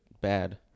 bad